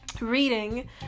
reading